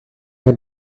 what